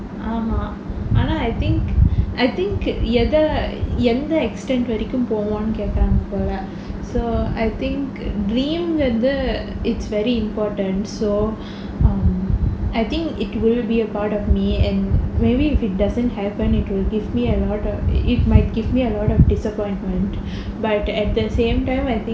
ஆமா அனால்:aamaa anaal I think I think எல்லாம் எந்த:ellaam entha extend வரைக்கும் போவோம்னு கேக்குராங்க போல:varaikkum povomnu kaekkuranga pola so I think dream is very important so um I think it will be a part of me and maybe if it doesn't happen it would give me a lot of it might give me a lot of disappointment but at the same time I think